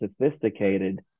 sophisticated